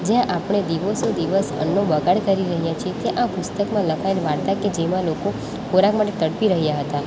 જ્યાં આપણે દિવસેને દિવસે અન્નનો બગાડ કરી રહ્યા છે તે આ પુસ્તકમાં લખાયેલ વાર્તા કે જેમાં લોકો ખોરાક માટે તડપી રહ્યા હતા